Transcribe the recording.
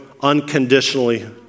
unconditionally